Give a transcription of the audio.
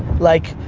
like,